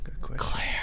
Claire